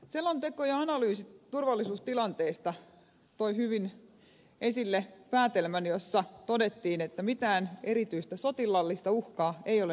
selonteko ja analyysi turvallisuustilanteista toi hyvin esille päätelmän jossa todettiin että mitään erityistä sotilaallista uhkaa ei ole nähtävissä